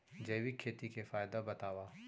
जैविक खेती के फायदा बतावा?